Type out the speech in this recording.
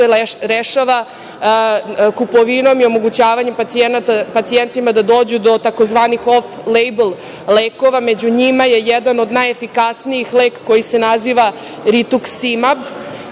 rešava kupovinom i omogućavanjem pacijentima da dođu do tzv. of-lejbl lekova. Među njima je jedan od najefikasnijih, lek koji se naziva „Rituksimad“,